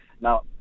now